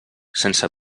sense